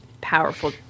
powerful